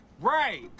Right